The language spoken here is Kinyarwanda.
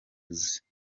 ziko